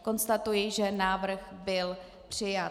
Konstatuji, že návrh byl přijat.